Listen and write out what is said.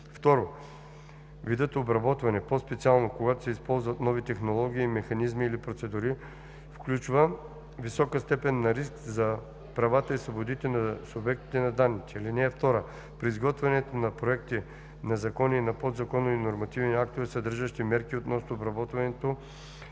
или 2. видът обработване, по-специално, когато се използват нови технологии, механизми или процедури, включва висока степен на риск за правата и свободите на субектите на данните. (2) При изготвянето на проекти на закони и на подзаконови нормативни актове, съдържащи мерки относно обработването,